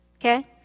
Okay